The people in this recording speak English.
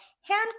hand